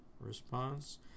response